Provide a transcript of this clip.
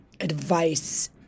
advice